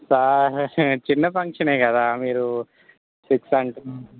sir చిన్న ఫంక్షనే కదా మీరు సిక్స్ అంటే